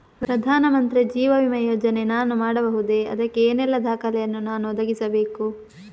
ಪ್ರಧಾನ ಮಂತ್ರಿ ಜೀವ ವಿಮೆ ಯೋಜನೆ ನಾನು ಮಾಡಬಹುದೇ, ಅದಕ್ಕೆ ಏನೆಲ್ಲ ದಾಖಲೆ ಯನ್ನು ನಾನು ಒದಗಿಸಬೇಕು?